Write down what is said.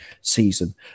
season